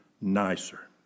nicer